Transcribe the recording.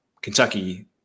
Kentucky –